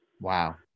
Wow